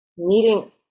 meeting